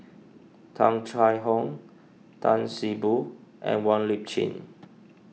Tung Chye Hong Tan See Boo and Wong Lip Chin